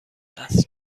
است